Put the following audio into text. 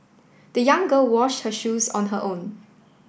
the young girl wash her shoes on her own